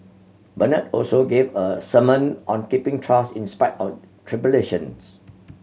Bernard also gave a sermon on keeping trust in spite of tribulations